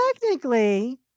technically